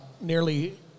nearly